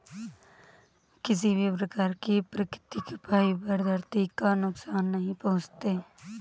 किसी भी प्रकार के प्राकृतिक फ़ाइबर धरती को नुकसान नहीं पहुंचाते